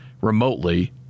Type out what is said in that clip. remotely